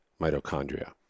mitochondria